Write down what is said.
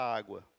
água